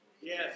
Yes